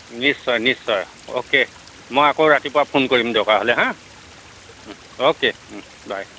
নিশ্চয় নিশ্চয় অ'কে মই আকৌ ৰাতিপুৱা ফোন কৰিম দৰকাৰ হ'লে হাঁ অ'কে বাই